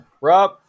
Rob